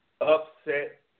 upset